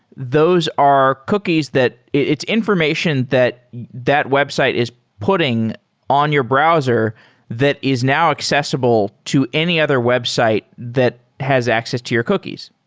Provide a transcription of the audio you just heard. those are cookies that it's information that that website is putting on your browser that is now accessible to any other website that has access to your cookies